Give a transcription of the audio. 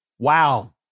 Wow